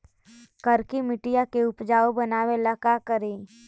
करिकी मिट्टियां के उपजाऊ बनावे ला का करी?